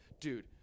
Dude